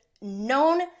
known